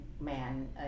man